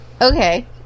Okay